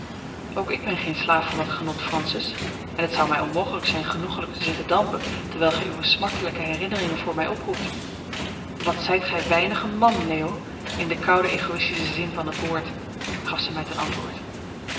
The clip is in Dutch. ook ik ben geen slaaf van dat genot francis en het zou mij onmogelijk zijn genoegelijk te zitten dampen terwijl gij uwe smartelijke herinneringen voor mij oproept wat zijt gij weinig een man leo in den kouden egoïstischen zin van het woord gaf zij mij ten antwoord